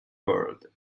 world